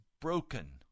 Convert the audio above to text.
broken